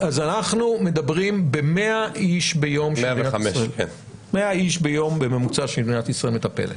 אנחנו מדברים ב-100 איש ביום בממוצע שמדינת ישראל מטפלת.